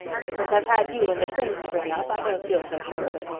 but since i've had you and the twins to bring up i don't feel so sure of it.